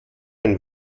ein